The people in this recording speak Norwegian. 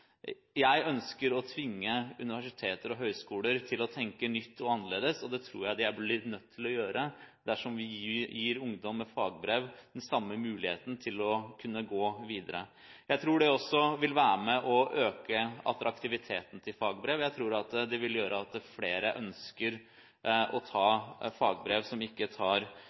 Jeg ønsker å tvinge universiteter og høyskoler til å tenke nytt og annerledes, og det tror jeg de blir nødt til å gjøre dersom vi gir ungdom med fagbrev den samme muligheten til å kunne gå videre som dem som tar studiespesialisering. Jeg tror også det vil være med og øke attraktiviteten til fagbrev, og jeg tror det vil gjøre at flere ønsker å ta fagbrev som ikke tar